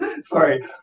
sorry